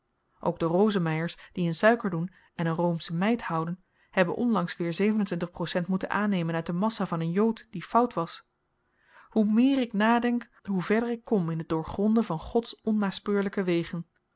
ook de rosemeyers die in suiker doen en een roomsche meid houden hebben onlangs weer percent moeten aannemen uit de massa van een jood die fout was hoe meer ik nadenk hoe verder ik kom in t doorgronden van gods onnaspeurlyke wegen